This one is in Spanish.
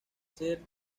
ser